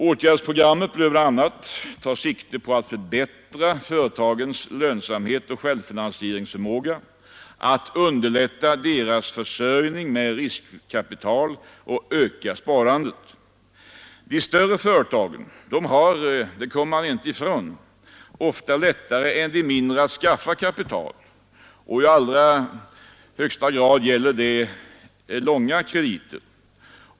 Åtgärdsprogrammet bör bl.a. ta sikte på att förbättra företagens lönsamhet och självfinansieringsförmåga, att underlätta deras försörjning med riskkapital och att öka sparandet. De större företagen har — det kommer man inte ifrån — ofta lättare än de mindre att skaffa kapital. I allra högsta grad gäller det långa krediter.